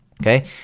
Okay